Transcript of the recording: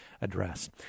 address